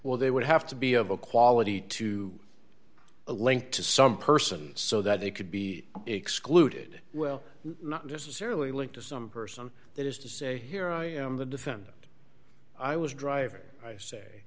well they would have to be of a quality to a link to some person so that they could be excluded well not necessarily linked to some person that is to say here i am the defendant i was driving i say